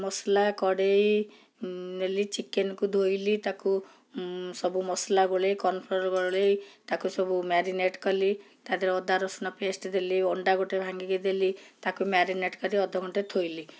ମସଲା କଡ଼େଇ ନେଲି ଚିକେନ୍କୁ ଧୋଇଲି ତାକୁ ସବୁ ମସଲା ଗୋଳେଇ କନଫ୍ଲାୱାର୍ ଗୋଳେଇ ତାକୁ ସବୁ ମ୍ୟାରିନେଟ୍ କଲି ତା ଦେହରେ ଅଦା ରସୁଣ ପେଷ୍ଟ୍ ଦେଲି ଅଣ୍ଡା ଗୋଟେ ଭାଙ୍ଗିକି ଦେଲି ତାକୁ ମ୍ୟାରିନେଟ୍ କରି ଅଧଘଣ୍ଟେ ଥୋଇଲି